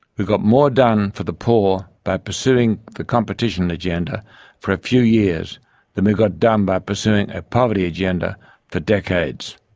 we got more done for the poor by pursuing the competition agenda for a few years than we got done by pursuing a poverty agenda for decades.